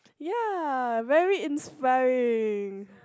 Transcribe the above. ya very inspiring